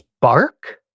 bark